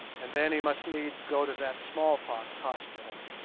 and then he must needs go to that smallpox hospital.